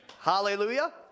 Hallelujah